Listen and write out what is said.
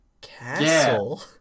castle